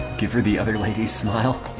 give her the other lady's smile